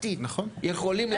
משפטית יכולים להחליט החלטות כאלה,